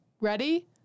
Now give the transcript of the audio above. ready